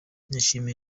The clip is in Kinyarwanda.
nishimiye